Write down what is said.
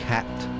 Cat